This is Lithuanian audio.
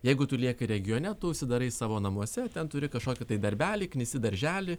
jeigu tu lieki regione tu užsidarai savo namuose ten turi kažkokį tai darbelį knisi darželį